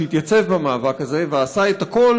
שהתייצב במאבק הזה ועשה הכול